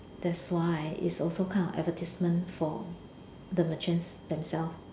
that's why it's also kind of advertisement for the merchants themselves